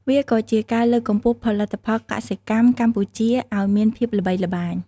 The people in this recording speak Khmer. វាក៏ជាការលើកកម្ពស់ផលិតផលកសិកម្មកម្ពុជាឱ្យមានភាពល្បីល្បាញ។